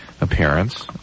appearance